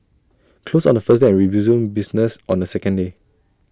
closed on the first day and resumes business on the second day